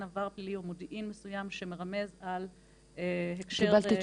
עבר פלילי או מודיעין מסוים שמרמז על הקשר חשוד.